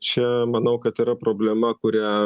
čia manau kad yra problema kurią